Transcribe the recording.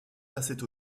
passaient